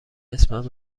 اسمم